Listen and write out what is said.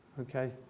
Okay